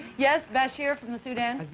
yes, bashir from the sudan?